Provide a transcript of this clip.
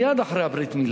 מייד לאחר הברית-מילה.